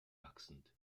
wachsend